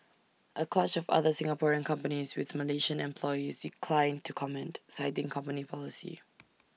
A clutch of other Singaporean companies with Malaysian employees declined to comment citing company policy